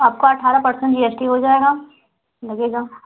आपको अट्ठारह percent G S T हो जाएगा लगेगा